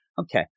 Okay